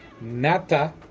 nata